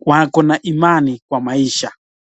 wako na imani kwa maisha.